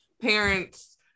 parents